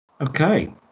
Okay